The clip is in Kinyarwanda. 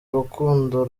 urukundo